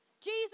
Jesus